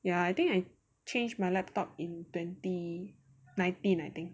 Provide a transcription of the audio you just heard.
ya I think I change my laptop in twenty nineteen I think